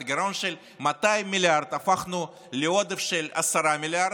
את הגירעון של 200 מיליארד הפכנו לעודף של 10 מיליארד,